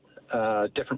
different